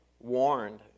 warned